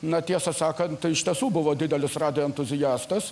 na tiesą sakant tai iš tiesų buvo didelis radijo entuziastas